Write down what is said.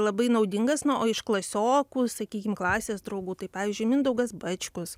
labai naudingas na o iš klasiokų sakykim klasės draugų tai pavyzdžiui mindaugas bačkus